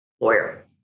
lawyer